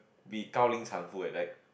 be 高临产妇: gao lin chan fu like that